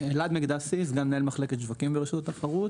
אני סגן מנהל מחלקת שווקים ברשות התחרות.